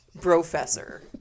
Professor